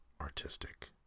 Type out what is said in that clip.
artistic